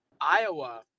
Iowa